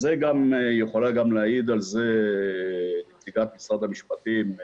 ויכולה גם להעיד על זה נציגת משרד המשפטים,